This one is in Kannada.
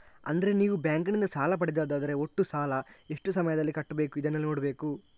ಅಂದ್ರೆ ನೀವು ಬ್ಯಾಂಕಿನಿಂದ ಸಾಲ ಪಡೆದದ್ದಾದ್ರೆ ಒಟ್ಟು ಸಾಲ, ಎಷ್ಟು ಸಮಯದಲ್ಲಿ ಕಟ್ಬೇಕು ಇದನ್ನೆಲ್ಲಾ ನೋಡ್ಬೇಕು